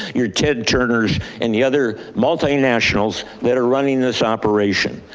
your ted turner's and the other multinationals that are running this operation.